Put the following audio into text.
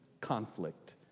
conflict